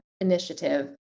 initiative